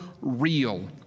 real